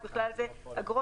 ובכלל זה אגרות,